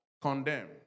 condemn